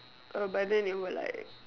uh by then it will like